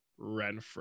Renfro